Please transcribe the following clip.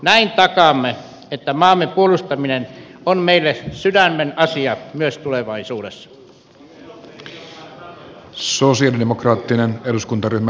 näin takaamme että maamme puolustaminen on meille sydämenasia myös tulevaisuudessa